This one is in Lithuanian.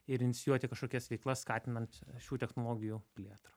ir inicijuoti kažkokias veiklas skatinant šių technologijų plėtrą